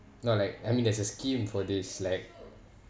no like I mean there's a scheme for this like